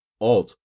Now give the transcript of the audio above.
odd